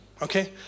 Okay